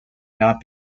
not